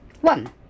One